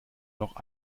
noch